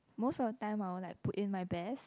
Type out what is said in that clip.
most of the time I would like put in my best